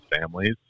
families